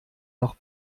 noch